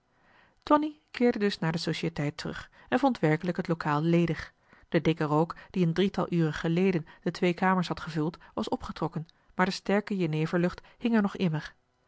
tonie keerde dus naar de societeit terug en vond werkelijk het lokaal ledig de dikke rook die een drietal uren geleden de twee kamers had gevuld was opgetrokken maar de sterke jeneverlucht hing er nog immer